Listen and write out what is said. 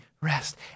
rest